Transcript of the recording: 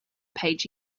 page